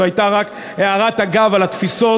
זו הייתה רק הערת אגב על התפיסות.